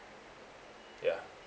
yeah